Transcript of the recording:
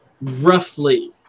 roughly